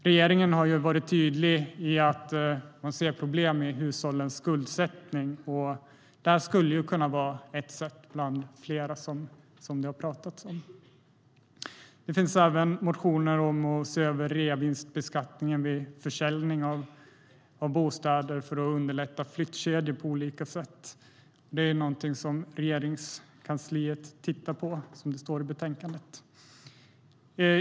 Regeringen har varit tydlig med att den anser att hushållens skuldsättning är ett problem, och detta är ett av flera sätt som man har pratat om. Det finns även motioner om att se över reavinstbeskattningen vid försäljning av bostäder, för att underlätta flyttkedjor. Som det står i betänkandet tittar Regeringskansliet på detta.